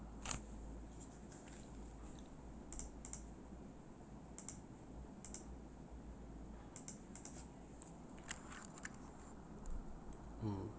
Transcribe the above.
mm